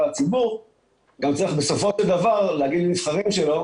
והציבור גם צריך בסופו של דבר להגיד לנבחרים שלו: